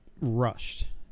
rushed